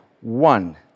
one